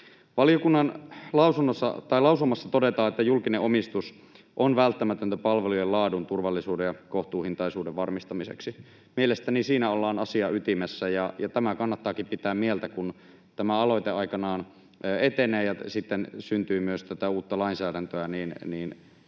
Valiokunnan lausumassa todetaan, että julkinen omistus on välttämätöntä palvelujen laadun, turvallisuuden ja kohtuuhintaisuuden varmistamiseksi. Mielestäni siinä ollaan asian ytimessä, ja tämä kannattaakin pitää mielessä, kun tämä aloite aikanaan etenee ja sitten syntyy myös uutta lainsäädäntöä.